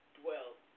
dwell